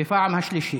בפעם השלישית.